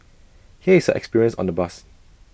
here is experience on the bus